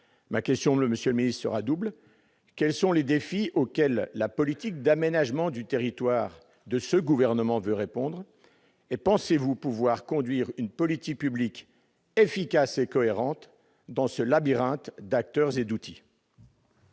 Ma question, monsieur le monsieur, est double. Quels sont les défis auxquels la politique d'aménagement du territoire du Gouvernement entend répondre ? Pensez-vous pouvoir conduire une politique publique efficace et cohérente dans ce labyrinthe d'acteurs et d'outils ?